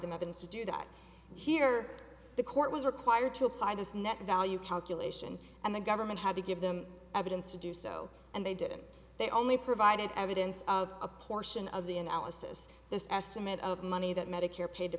them up into do that here the court was required to apply this net value calculation and the government had to give them evidence to do so and they didn't they only provided evidence of a portion of the analysis this estimate of money that medicare pa